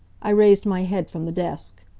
i raised my head from the desk.